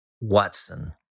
Watson